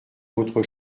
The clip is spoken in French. votre